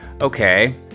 okay